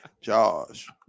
Josh